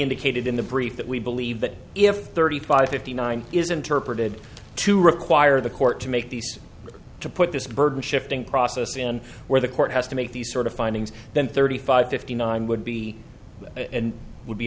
indicated in the brief that we believe that if thirty five fifty nine is interpreted to require the court to make these to put this burden shifting process and where the court has to make these sort of findings then thirty five fifty nine would be